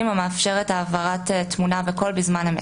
המאפשרת העברת תמונה וקול בזמן אמת,